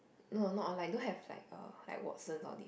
no not online don't have like uh like Watson all this